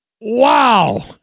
Wow